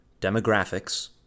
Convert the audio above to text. demographics